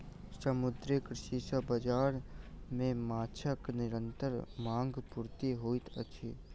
समुद्रीय कृषि सॅ बाजार मे माँछक निरंतर मांग पूर्ति होइत अछि